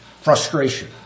frustration